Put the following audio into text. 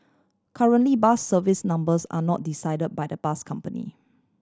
currently bus service numbers are not decide by the bus company